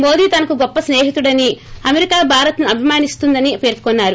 మోదీ తనకు గొప్ప స్పేహిడని అమెరికా భారత్ను అభిమానిస్తుందని పేర్కొన్నారు